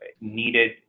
needed